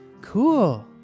Cool